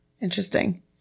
Interesting